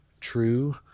true